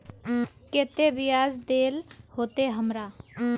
केते बियाज देल होते हमरा?